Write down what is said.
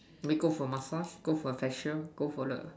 we go for massage go for facial go for the